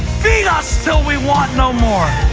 feed us until we want no more.